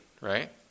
right